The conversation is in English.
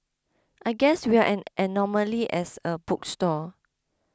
I guess we're an anomaly as a book store